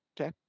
Okay